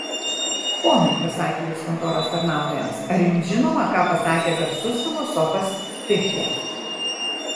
ponai pasakė jis kontoros tarnautojams ar jums žinoma ką pasakė garsus filosofas fichtė